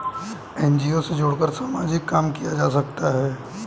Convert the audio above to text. NGO से जुड़कर सामाजिक काम किया जा सकता है